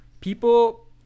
people